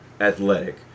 athletic